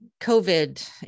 COVID